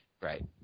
Right